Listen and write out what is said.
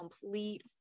complete